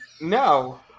no